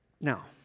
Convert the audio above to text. Now